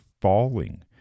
falling